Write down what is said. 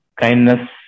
kindness